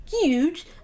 huge